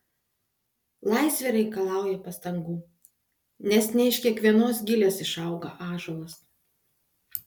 laisvė reikalauja pastangų nes ne iš kiekvienos gilės išauga ąžuolas